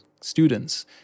students